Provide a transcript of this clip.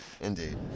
Indeed